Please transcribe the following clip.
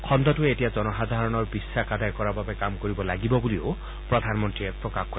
খণ্ডটোৱে এতিয়া জনসাধাৰণৰ বিশ্বাস আদায় কৰাৰ বাবে কাম কৰিব লাগিব বুলিও প্ৰধানমন্ত্ৰীয়ে প্ৰকাশ কৰে